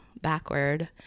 backward